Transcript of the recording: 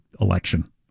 election